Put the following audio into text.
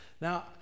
Now